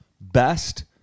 best